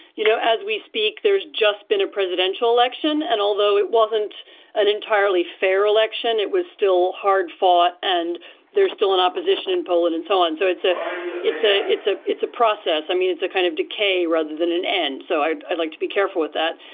you know, as we speak, there's just been a presidential election. and although it wasn't an entirely fair election, it was still hard fought and there's still an opposition in poland and so on. so it's a it's a it's a it's a process. i mean, it's a kind of decay rather than an end. so i'd i'd like to be careful with that.